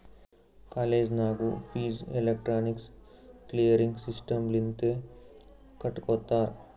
college ನಾಗೂ fees electronic clearing system ಲಿಂತೆ ಕಟ್ಗೊತ್ತಾರ್